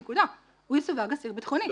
הוא יסווג אסיר ביטחוני.